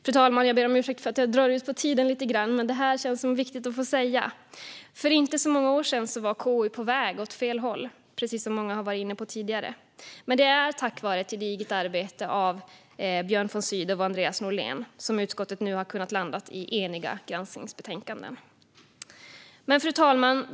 Fru talman! Jag ber om ursäkt för att jag drar ut på tiden lite grann, men detta känns viktigt att få säga. För inte så många år sedan var KU på väg åt det hållet, precis som många har varit inne på tidigare. Det är tack vare ett gediget arbete av Björn von Sydow och Andreas Norlén som utskottet nu har kunnat landa i eniga granskningsbetänkanden. Fru talman!